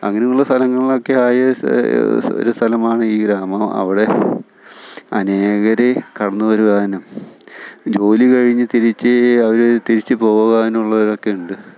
അങ്ങനെയുള്ള സലങ്ങൾളക്കെയായ ഒരു സ്ഥലമാണ് ഈ ഗ്രാമം അവിടെ അനേകർ കടന്ന് വരുവാനും ജോലി കഴിഞ്ഞ് തിരിച്ച് അവർ തിരിച്ച് പോകാനുള്ളവരൊക്കെ ഉണ്ട്